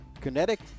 Kinetic